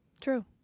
True